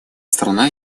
страна